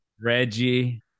Reggie